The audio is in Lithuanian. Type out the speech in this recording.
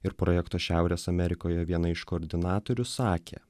ir projekto šiaurės amerikoje viena iš koordinatorių sakė